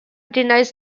denies